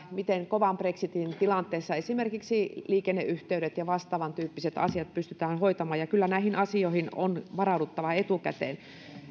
miten kovan brexitin tilanteessa esimerkiksi liikenneyhteydet ja vastaavan tyyppiset asiat pystytään hoitamaan ja kyllä näihin asioihin on varauduttava etukäteen